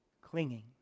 Clinging